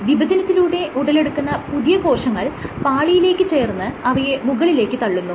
വിഭജനത്തിലൂടെ ഉടലെടുക്കുന്ന പുതിയ കോശങ്ങൾ പാളിയിലേക്ക് ചേർന്ന് അവയെ മുകളിലേക്ക് തള്ളുന്നു